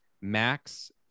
Max